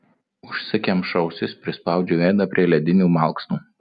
užsikemšu ausis prispaudžiu veidą prie ledinių malksnų